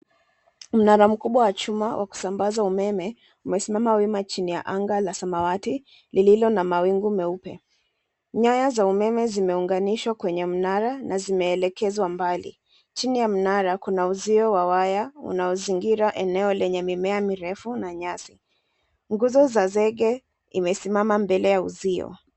Mnara mkubwa wa chuma wa kusambaza umeme, umesimama wima chini ya anga la samawati, lililo na mawingu meupe. Nyaya za umeme zimeunganishwa kwenye mnara na zimeelekezwa mbali. Chini ya mnara kuna uzio wa waya, unaozingira eneo lenye mimea mirefu na nyasi. Nguzo za zege imesimama mbele ya uzio.